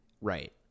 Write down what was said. Right